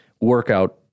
workout